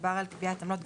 כשדובר על קביעת עמלות,